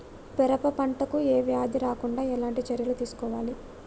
పెరప పంట కు ఏ వ్యాధి రాకుండా ఎలాంటి చర్యలు తీసుకోవాలి?